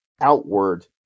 outward